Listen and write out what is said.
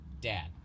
Dad